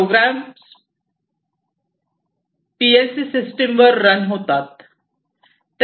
हे programs P L system वर run होतात